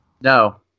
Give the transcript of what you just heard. No